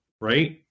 right